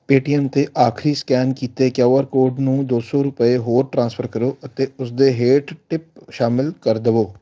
Paytm 'ਤੇ ਆਖਰੀ scan ਕੀਤੇ ਕਿਊ ਆਰ ਕੋਡ ਨੂੰ ਦੋ ਸੌ ਰੁਪਏ ਹੋਰ ਟ੍ਰਾਂਸਫਰ ਕਰੋ ਅਤੇ ਉਸ ਦੇ ਹੇਠ ਟਿਪ ਸ਼ਾਮਿਲ ਕਰ ਦੇਵੋ